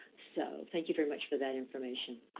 so thank you very much for that information.